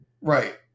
Right